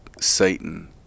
satan